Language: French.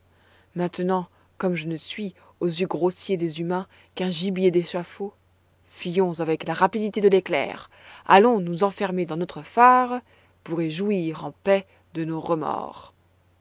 maintenant comme je ne suis aux yeux grossiers des humains qu'un gibier d'échafaud fuyons avec la rapidité de l'éclair allons nous enfermer dans notre phare pour y jouir en paix de nos remords